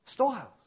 storehouse